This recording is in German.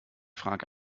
frage